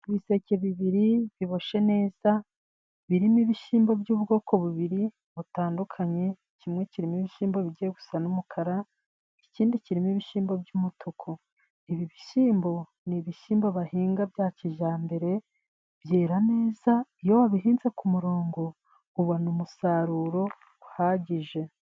Ibiseke bibiri biboshye neza, birimo ibishyimbo by'ubwoko bubiri butandukanye, kimwe kirimo ibishyimbo bigiye bisa n'umukara, ikindi kirimo ibishyimbo by'umutuku, ibi bishyimbo ni ibishyimbo bahinga bya kijyambere, byera neza iyo bihinze ku murongo, ubona umusaruro uhagije.